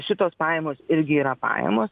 šitos pajamos irgi yra pajamos